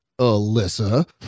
Alyssa